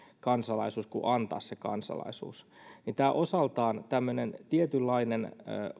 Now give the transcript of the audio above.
kansalaisuus kuin antaa se kansalaisuus eli osaltaan tämä tietynlainen